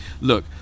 look